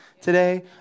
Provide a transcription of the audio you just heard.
today